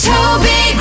Toby